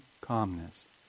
calmness